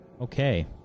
Okay